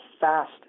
fast